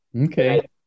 Okay